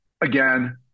again